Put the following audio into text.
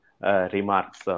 remarks